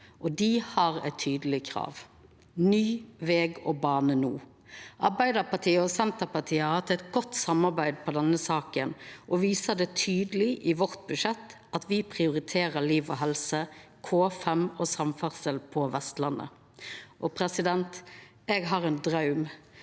Dei har eit tydeleg krav: ny veg og bane no. Arbeidarpartiet og Senterpartiet har hatt eit godt samarbeid om denne saka og viser tydeleg i budsjettet at me prioriterer liv og helse, K5 og samferdsel på Vestlandet. Eg har ein draum,